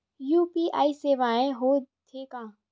UPI सेवाएं हो थे का?